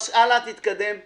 תתקדם הלאה.